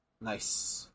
Nice